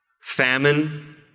famine